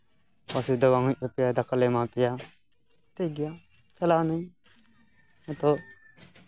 ᱚᱥᱩᱵᱤᱫᱷᱟ ᱵᱟᱝ ᱦᱩᱭᱩᱜ ᱛᱟᱯᱮᱭᱟ ᱫᱟᱠᱟᱞᱮ ᱮᱢᱟ ᱯᱮᱭᱟ ᱴᱷᱤᱠ ᱜᱮᱭᱟ ᱪᱟᱞᱟᱣ ᱮᱱᱟᱹᱧ ᱱᱤᱛᱚᱜ